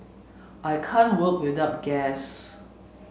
I can't work without gas